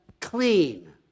clean